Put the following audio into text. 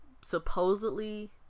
supposedly